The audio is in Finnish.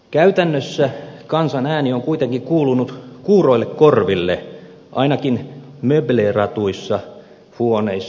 käytännössä kansan ääni on kuitenkin kuulunut kuuroille korville ainakin möbleeratuissa huoneissa